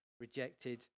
rejected